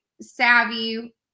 savvy